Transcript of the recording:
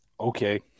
Okay